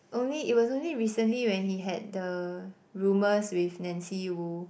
only it was only recently when he had the rumors with Nancy Woo